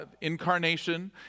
incarnation